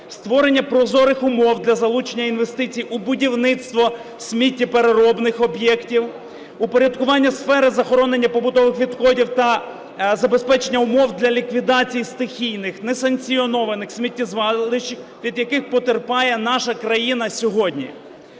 створення прозорих умов для залучення інвестицій у будівництво сміттєпереробних об'єктів. У порядкування сфери захоронення побутових відходів та забезпечення умов для ліквідації стихійних, несанкціонованих сміттєзвалищ, від яких потерпає наша країна сьогодні.